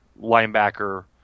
linebacker